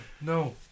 No